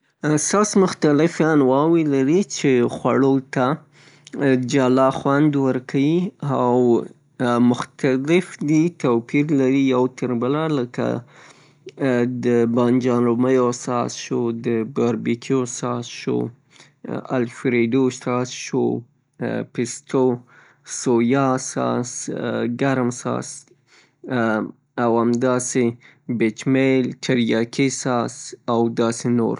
ساس مختلف انواوې لري چې خوړو ته جلا خوند ورکوي او مختلف دي توپیر لري یو تر بله لکه د بانجان رومیو ساس شو، د باربیکیو ساس شو الفرادیو ساس شو، پیستو سویا ساس، ګرم ساس او همداسې بیچ میل چیریاکي ساس او داسې نور.